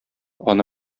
аны